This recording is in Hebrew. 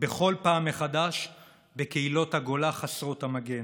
בכל פעם מחדש בקהילות הגולה חסרות המגן.